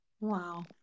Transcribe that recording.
Wow